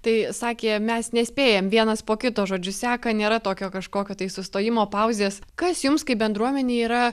tai sakė mes nespėjam vienas po kito žodžiu seka nėra tokio kažkokio tai sustojimo pauzės kas jums kaip bendruomenei yra